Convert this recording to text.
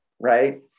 right